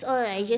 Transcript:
ah